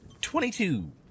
Twenty-two